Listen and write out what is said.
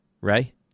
right